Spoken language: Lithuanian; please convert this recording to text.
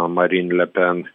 marin le pen